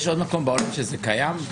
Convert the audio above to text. האם יש עוד מקום בעולם שזה קיים?